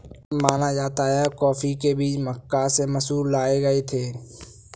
माना जाता है कि कॉफी के बीज मक्का से मैसूर लाए गए थे